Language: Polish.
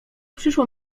przyszło